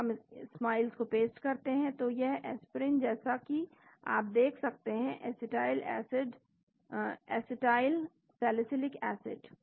तो हम स्माइल्स को पेस्ट करते हैं तो यह एस्पिरिन है जैसा कि आप देख सकते हैं एसिटाइल सैलिसिलिक एसिड